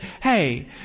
hey